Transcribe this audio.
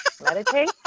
Meditate